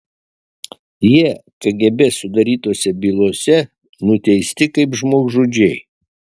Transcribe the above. jie kgb sudarytose bylose nuteisti kaip žmogžudžiai